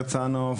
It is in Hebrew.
הרצנו,